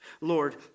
Lord